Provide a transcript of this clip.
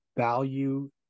value